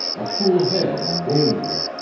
a cool head in danger,